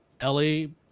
Ellie